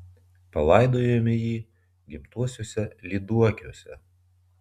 palaidojome jį gimtuosiuose lyduokiuose